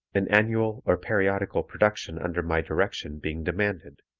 an annual or periodical production under my direction being demanded.